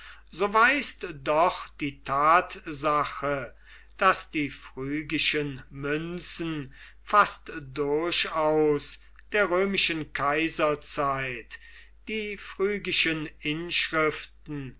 so weist doch die tatsache daß die phrygischen münzen fast durchaus der römischen kaiserzeit die phrygischen inschriften